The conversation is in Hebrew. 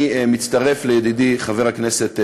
אני מצטרף לידידי חבר הכנסת כהן,